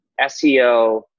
SEO